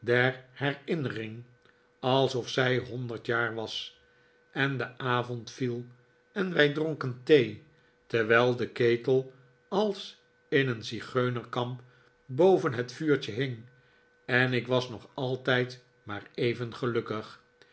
herinnering alsof zij hpnderd jaar was en de avond viel en wij dronken thee terwijl de ketel als in eeo zigeunerkamp boven een vuurtje hing en ik was nog altijd maar even gelukkig